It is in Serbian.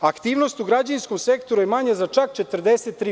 Aktivnost u građevinskom sektoru je manja za čak 43%